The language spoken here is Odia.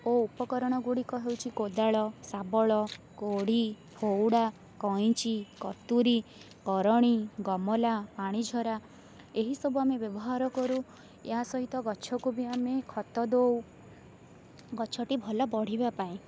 ଓ ଉପକରଣ ଗୁଡ଼ିକ ହେଉଛି କୋଦାଳ ଶାବଳ କୋଡ଼ି ଫାଉଡ଼ା କଇଁଚି କତୁରୀ କରଣୀ ଗମ୍ଲା ପାଣିଝରା ଏହି ସବୁ ଆମେ ବ୍ୟବହାର କରୁ ଏହା ସହିତ ଗଛକୁ ବି ଆମେ ଖତ ଦଉ ଗଛଟି ଭଲ ବଢ଼ିବା ପାଇଁ